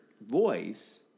voice